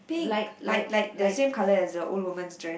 pink like like the same colour as the old woman's dress